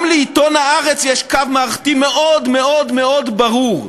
גם לעיתון "הארץ" יש קו מערכתי מאוד מאוד מאוד ברור,